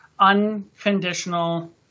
unconditional